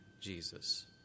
Jesus